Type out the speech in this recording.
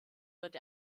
wird